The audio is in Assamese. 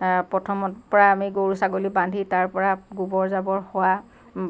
প্ৰথমত পৰাই আমি গৰু ছাগলী বান্ধি তাৰ পৰা গোবৰ জাবৰ হোৱা